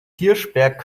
hirschberg